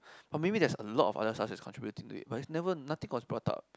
or maybe there's a lot of other stuff that contribute to it but it's never nothing was brought up